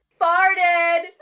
farted